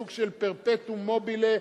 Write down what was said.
סוג של "פרפטום מובילה",